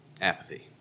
Apathy